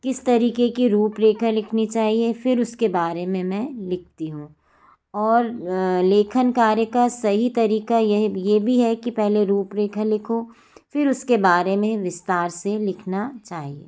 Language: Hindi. किस तरीके की रुपरेखा लिखनी चाहिए फिर उसके बारे में मैं लिखती हूँ और लेखन कार्य का सही तरीका ये यह भी है कि पहले रुपरेखा लिखो फिर उसके बारे में विस्तार से लिखना चाहिए